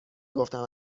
گفتم